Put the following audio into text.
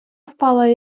впала